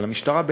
אבל למשטרה,